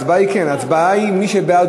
ההצבעה היא: מי שבעד,